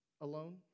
alone